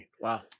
wow